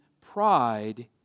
pride